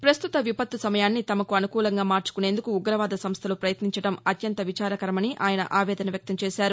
ప్రస్తుత విపత్తు సమయాన్ని తమకు అనుకూలంగా మార్చుకునేందుకు ఉగ్రవాద సంస్థలు ప్రయత్నించడం అత్యంత విచారకరమని ఆయన ఆవేదన వ్యక్తంచేశారు